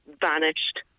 vanished